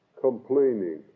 complaining